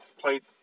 played